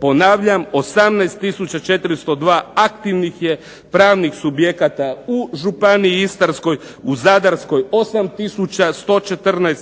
Ponavljam, 18402 aktivnih je pravnih subjekata u Županiji istarskoj, u Zadarskoj 8114,